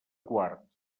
quart